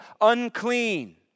unclean